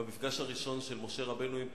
במפגש הראשון של משה רבנו עם פרעה,